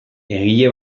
egile